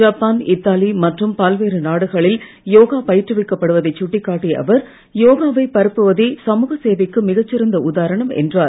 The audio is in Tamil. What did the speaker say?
ஜப்பான் இத்தாலி மற்றும் பல்வேறு நாடுகளில் யோகா பயிற்றுவிக்கப் படுவதைச் சுட்டிக்காட்டிய அவர் யோகாவைப் பரப்புவதே சமூக சேவைக்கு மிகச் சிறந்த உதாரணம் என்றார்